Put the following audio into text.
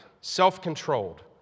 self-controlled